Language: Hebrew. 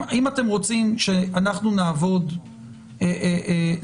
אם אתם רוצים שאנחנו נעבוד לבד,